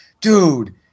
dude